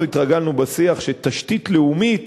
אנחנו התרגלנו בשיח שתשתית לאומית,